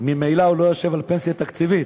ממילא הוא לא יושב על פנסיה תקציבית.